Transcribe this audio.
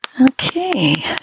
Okay